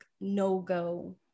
no-go